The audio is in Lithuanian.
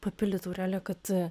papildyt aurelija kad